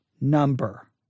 number